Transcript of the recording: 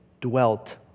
dwelt